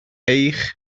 eich